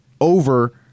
over